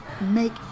Make